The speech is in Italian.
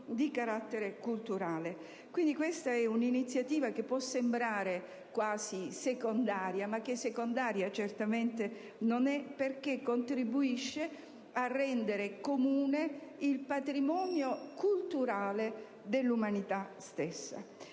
di carattere culturale. Questa è un'iniziativa che può sembrare quasi secondaria, ma che secondaria certamente non è, perché contribuisce a rendere comune il patrimonio culturale dell'umanità.